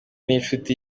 n’inshuti